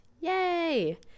Yay